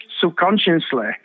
subconsciously